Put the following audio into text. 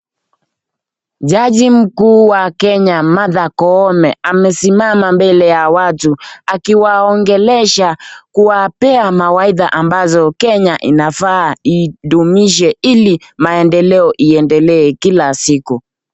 Jaji mkuu wa Kenya Martha Koome amesimama mbele ya watu akiwaongelesha, kuwapea mawaitha ambazo Kenya inafaa idumishe ili maendeleo yaendelee kila siku.